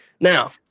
Now